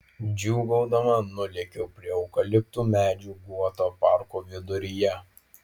džiūgaudama nulėkiau prie eukaliptų medžių guoto parko viduryje